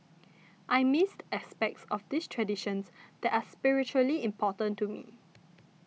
I missed aspects of these traditions that are spiritually important to me